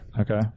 Okay